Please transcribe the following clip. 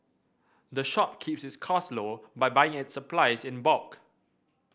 the shop keeps its cost low by buying its supplies in bulk